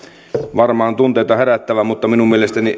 varmaan tunteita herättävä mutta minun mielestäni